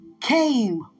came